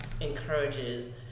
encourages